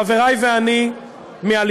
חברי ואני מהליכוד,